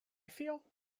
feel